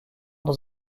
dans